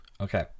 Okay